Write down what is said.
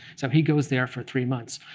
so he goes there for three months.